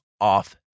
off